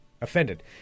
offended